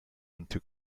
into